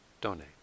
donate